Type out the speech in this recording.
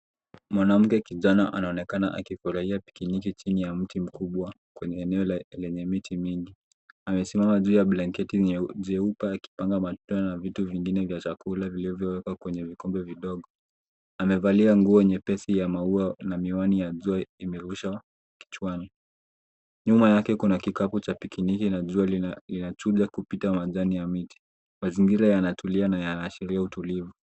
Mwanamke kijana anaonekana akifurahia pikiniki chini ya mti mkubwa kwenye eneo lenye miti mingi, amesimama juu ya blanketi jeupe akipanga matunda na vitu vingine vya chakula vilivyo wekwa kwenye vikombe vidogo. Amevalia nguo nyepesi ya maua na miwani ya jua imerushwa kichwani. Nyuma yake kuna kikapu cha pikiniki na jua linachuja kupita majani ya miti. Mazingira yana tulia na yana ashiria utulivu.